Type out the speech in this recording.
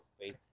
faith